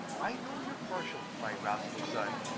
i know you're partial to my rascal son,